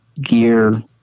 gear